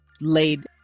laid